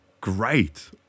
great